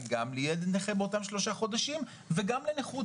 גם בלי ילד נכה באותם שלושה חודשים וגם לנכות,